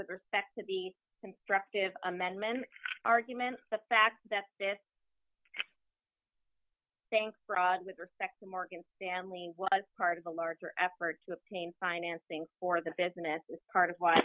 with respect to be constructive amendment argument the fact that this bank fraud with respect to morgan stanley was part of a larger effort to obtain financing for the business is part of why